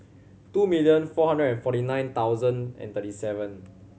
two million four hundred and forty nine thousand and thirty seven